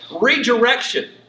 redirection